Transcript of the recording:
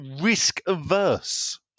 risk-averse